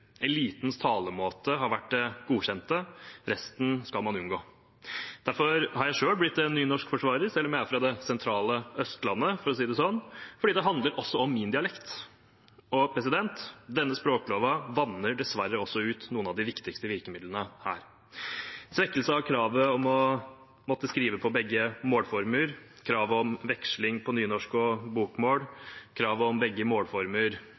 Elitens talemåte har vært det godkjente, resten skal man unngå. Derfor har jeg selv blitt en nynorskforsvarer, selv om jeg er fra det sentrale Østlandet, for å si det sånn, fordi det handler også om min dialekt. Denne språkloven vanner dessverre også ut noen av de viktigste virkemidlene her – svekkelse av kravet om å måtte skrive på begge målformer, kravet om veksling på nynorsk og bokmål og kravet om begge målformer,